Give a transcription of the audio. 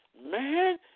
Man